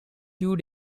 two